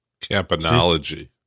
Campanology